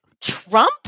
Trump